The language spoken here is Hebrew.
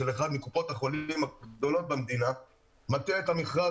של אחת מקופות החולים הגדולות במדינה מטה את המכרז